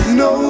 no